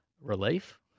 relief